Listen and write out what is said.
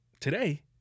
Today